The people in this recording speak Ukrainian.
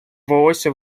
волосся